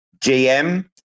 GM